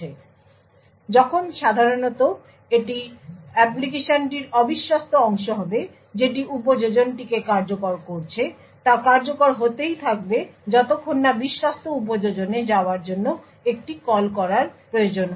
সুতরাং যখন সাধারণত এটি অ্যাপ্লিকেশনটির অবিশ্বস্ত অংশ হবে যেটি উপযোজনটিকে কার্যকর করছে তা কার্যকর হতেই থাকবে যতক্ষণ না বিশ্বস্ত উপযোজনে যাওয়ার জন্য একটি কল করার প্রয়োজন হয়